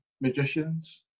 magicians